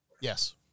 Yes